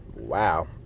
Wow